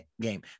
game